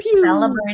celebrating